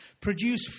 Produce